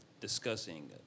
discussing